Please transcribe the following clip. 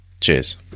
cheers